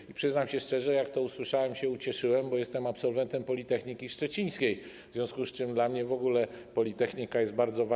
I przyznam się szczerze, że jak to usłyszałem, to się ucieszyłem, bo jestem absolwentem Politechniki Szczecińskiej, w związku z czym dla mnie w ogóle politechnika jest bardzo ważną rzeczą.